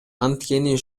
анткени